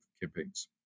campaigns